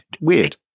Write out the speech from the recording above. weird